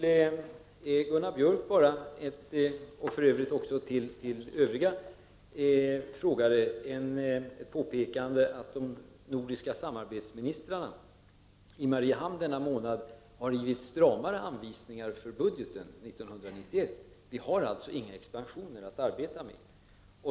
För Gunnar Björk och även för de övriga som ställt frågor här vill jag påpeka att de nordiska samarbetsministrarna i Mariehamn denna månad har givit stramare anvisningar för budgeten 1991. Vi har alltså ingen expansion att arbeta med.